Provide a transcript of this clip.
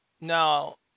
Now